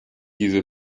diese